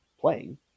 playing